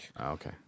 okay